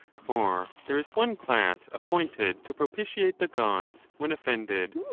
for there is one class appointed to propitiate the gods, when offended,